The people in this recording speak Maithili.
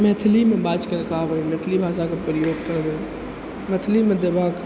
मैथिलीमे बाजिके कहबै मैथिली भाषाके प्रयोग करबै मैथिलीमे देबाक